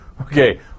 Okay